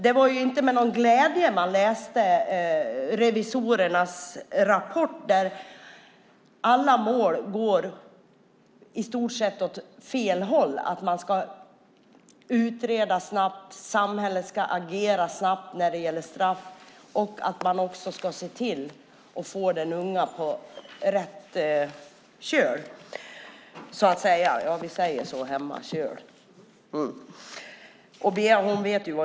Det var inte med glädje man läste revisorernas rapport. Alla mål går i stort sett åt fel håll. Man ska utreda snabbt. Samhället ska agera snabbt när det gäller straff. Man ska också se till att få den unga på rätt köl.